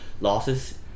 Losses